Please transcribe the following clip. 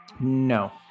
No